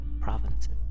provinces